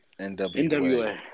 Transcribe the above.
NWA